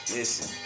Listen